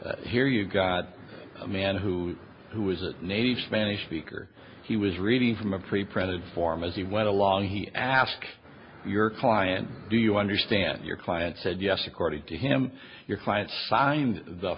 here you've got a man who who was a native spanish speaker he was reading from a preprinted form as he went along he asked your client do you understand your client said yes according to him your client signed the